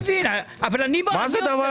ולדימיר, אני לא מבין, אבל אני עוצר אותה.